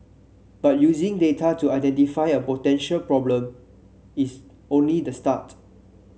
but using data to identify a potential problem is only the start